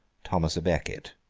thomas a becket.